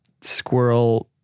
squirrel